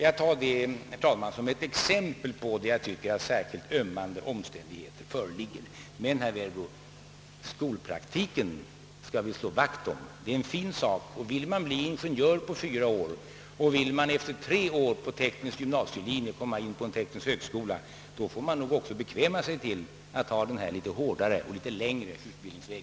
— Jag anför detta som ett exempel då »särskilt ömmande omständigheter» föreligger. Men, herr Werbro, skolpraktiken skall vi slå vakt om; den är en fin sak. Och vill man bli ingenjör på fyra år och vill man efter tre år på en teknisk gymnasielinje komma in på en teknisk högskola får man nog också bekväma sig till att gå denna litet hårdare och litet längre utbildningsväg.